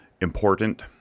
important